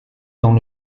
dans